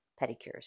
pedicures